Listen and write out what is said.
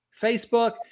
Facebook